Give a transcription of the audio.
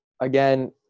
Again